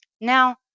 Now